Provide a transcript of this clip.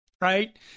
right